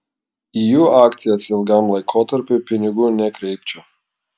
į jų akcijas ilgam laikotarpiui pinigų nekreipčiau